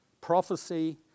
prophecy